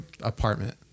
apartment